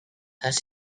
has